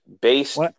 based